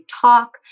talk